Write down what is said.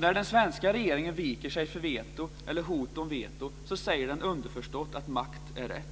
När den svenska regeringen viker sig för veto eller hot om veto säger den underförstått att makt är rätt.